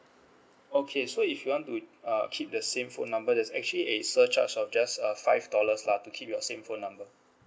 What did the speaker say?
okay so if you want to uh keep the same phone number there's actually a surcharge of just a five dollars lah to keep your same phone number